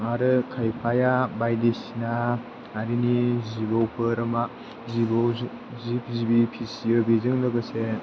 आरो खायफाया बायदिसिना हारिनि जिबौफोर एबा जिबौ जिब जिबि फिसियो बेजों लोगोसे